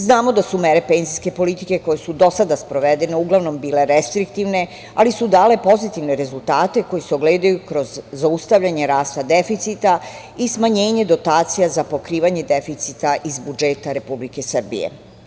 Znamo da su mere penzijske politike koje su do sada sprovedene uglavnom bile restriktivne, ali su dale pozitivne rezultate koji se ogledaju kroz zaustavljanje rasta deficita i smanjenje dotacija za pokrivanje deficita iz budžeta Republike Srbije.